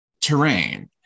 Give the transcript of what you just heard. terrain